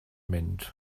mynd